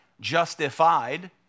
Justified